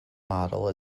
model